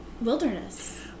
wilderness